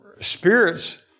spirits